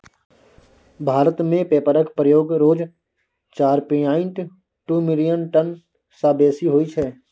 भारत मे पेपरक प्रयोग रोज चारि पांइट दु मिलियन टन सँ बेसी होइ छै